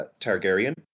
Targaryen